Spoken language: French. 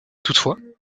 toutefois